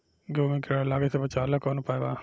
गेहूँ मे कीड़ा लागे से बचावेला कौन उपाय बा?